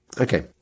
Okay